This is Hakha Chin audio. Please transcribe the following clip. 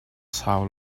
sau